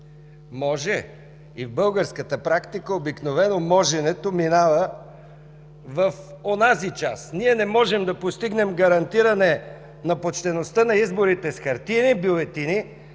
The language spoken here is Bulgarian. Може! И в българската практика обикновено моженето минава в онази част. Ние не можем да постигнем гарантиране на почтеността на изборите с хартиени бюлетини,